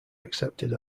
accepted